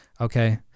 Okay